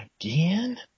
Again